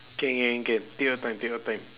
can can can take your time take your time